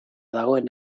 dagoen